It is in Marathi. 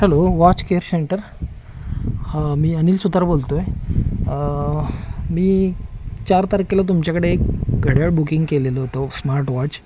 हॅलो वॉच केअर शेंटर हां मी अनिल सुतार बोलतो आहे मी चार तारखेला तुमच्याकडे एक घड्याळ बुकिंग केलेलं होतं ओ स्मार्ट वॉच